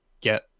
get